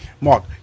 Mark